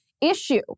issue